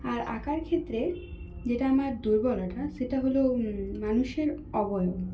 আর আঁকার ক্ষেত্রে যেটা আমার দুর্বলতা সেটা হল মানুষের অবয়ব